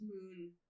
moon